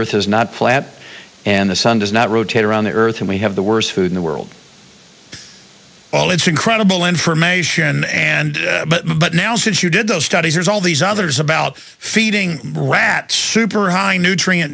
earth is not flat and the sun does not rotate around the earth and we have the worst food in the world all its incredible information and but now since you did those studies there's all these others about feeding rats super high nutrient